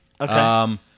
Okay